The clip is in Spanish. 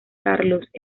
carlos